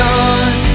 on